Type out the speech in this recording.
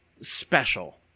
special